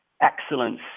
excellence